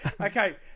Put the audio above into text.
Okay